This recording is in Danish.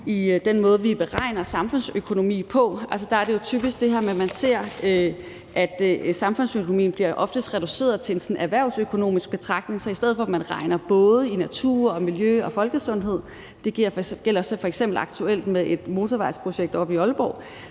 i den måde, man beregner samfundsøkonomien på, hvor det jo oftest er det her med, at samfundsøkonomien bliver reduceret til sådan en erhvervsøkonomisk betragtning, så man i stedet for, at man også regner på effekterne for både naturen, miljøet og folkesundheden – det gælder så f.eks. aktuelt med et motorvejsprojekt oppe i Aalborg